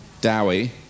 Dowie